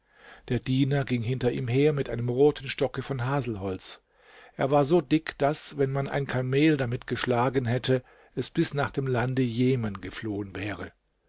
der diener ging hinter ihm her mit einem roten stocke von haselholz er war so dick daß wenn man ein kamel damit geschlagen hätte es bis nach dem lande jemen geflohen wäre